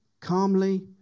calmly